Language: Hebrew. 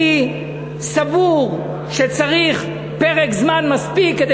אני סבור שצריך פרק זמן מספיק כדי